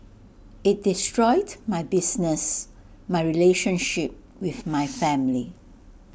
IT destroyed my business my relationship with my family